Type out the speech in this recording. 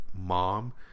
Mom